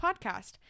podcast